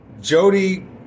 Jody